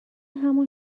همان